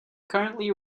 currently